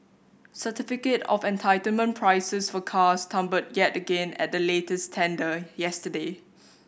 certificate of entitlement prices for cars tumbled yet again at the latest tender yesterday